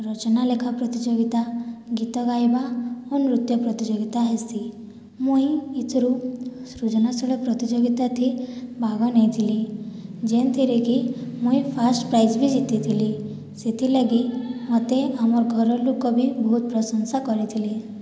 ରଚନା ଲେଖା ପ୍ରତିଯୋଗିତା ଗୀତ ଗାଇବା ଓ ନୃତ୍ୟ ପ୍ରତିଯୋଗିତା ହେସି ମୁଇଁ ଏଥିରୁ ସୃଜନଶୀଳ ପ୍ରତିଯୋଗିତାଥି ଭାଗ ନେଇଥିଲି ଯେନ୍ଥିରେ କି ମୁଇଁ ଫାଷ୍ଟ୍ ପ୍ରାଇଜ୍ ବି ଜିତିଥିଲି ସେଥିର୍ଲାଗି ମତେ ଆମର୍ ଘରର୍ ଲୋକ ବି ବହୁତ୍ ପ୍ରଶଂସା କରିଥିଲେ